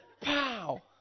Pow